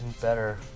better